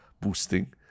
boosting